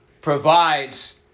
provides